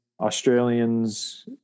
Australians